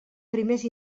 primers